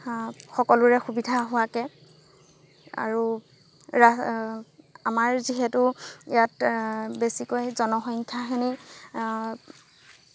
সকলোৰে সুবিধা হোৱাকৈ আৰু আমাৰ যিহেতু ইয়াত বেছিকৈ জনসংখ্যাখিনি